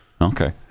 Okay